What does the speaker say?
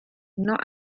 nor